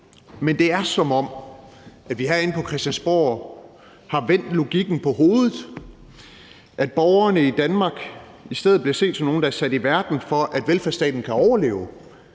Men det er, som om vi herinde på Christiansborg har vendt logikken på hovedet, at borgerne i Danmark i stedet bliver set som nogle, der er sat i verden for, at velfærdsstaten kan overleve.